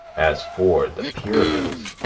as for the pyramids,